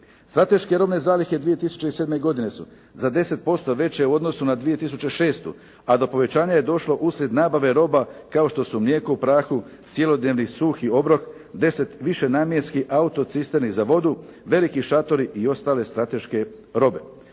Strateške robne zalihe 2007. godine su za 10% veće u odnosu na 2006. a do povećavanja je došlo uslijed nabave roba kao što su mlijeko u prahu, cjelodnevni suhi obrok, deset višenamjenskih autocisterni za vodu, veliki šatori i ostale strateške robe.